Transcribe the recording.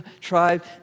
tribe